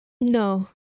No